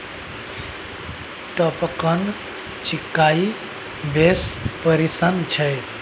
टपकन सिचाई बला खेती किसान सभकेँ बेस पसिन छै